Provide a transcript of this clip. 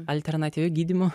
alternatyviu gydymu